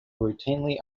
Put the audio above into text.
routinely